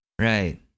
Right